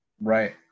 right